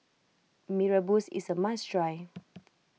Mee Rebus is a must try